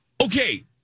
Okay